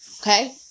Okay